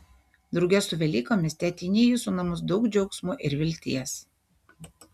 drauge su velykomis teateinie į jūsų namus daug džiaugsmo ir vilties